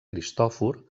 cristòfor